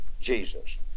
Jesus